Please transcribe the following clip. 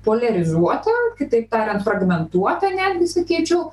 poliarizuota kitaip tariant fragmentuota netgi sakyčiau